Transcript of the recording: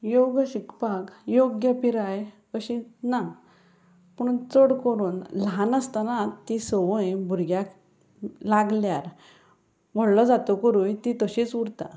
योग शिकपाक योग्य पिराय अशी ना आनी चड करून ल्हान आसतना ती संवंय भुरग्याक लागल्यार व्हडलो जातकरूय ती तशीच उरता